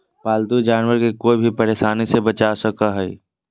पालतू जानवर के कोय भी परेशानी से बचा सको हइ